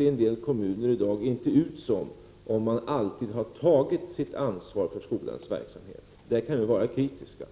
I en del kommuner ser det i dag inte ut som om man alltid har tagit sitt ansvar för skolans verksamhet. Därvidlag kan vi vara kritiska.